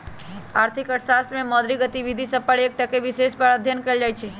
आर्थिक अर्थशास्त्र में मौद्रिक गतिविधि सभ पर एकटक्केँ विषय पर अध्ययन कएल जाइ छइ